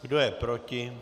Kdo je proti?